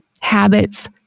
Habits